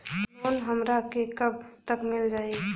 Loan हमरा के कब तक मिल जाई?